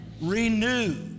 Renew